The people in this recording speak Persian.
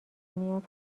میاد